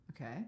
Okay